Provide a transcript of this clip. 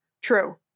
True